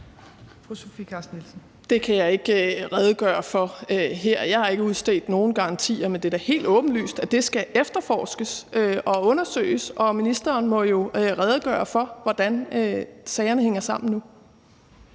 Det kan jeg ikke redegøre for her. Jeg har ikke udstedt nogen garantier, men det er da helt åbenlyst, at det skal efterforskes og undersøges, og ministeren må jo redegøre for, hvordan sagerne hænger sammen nu.